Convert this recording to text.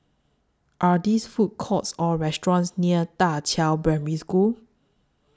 Are There Food Courts Or restaurants near DA Qiao Primary School